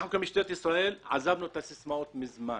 אנחנו כמשטרת ישראל עזבנו את הסיסמאות כבר מזמן.